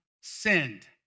sinned